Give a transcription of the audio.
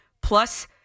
plus